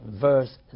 verse